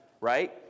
right